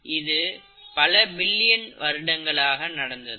இது பல பில்லியன் வருடங்களாக நடந்தது